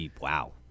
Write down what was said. wow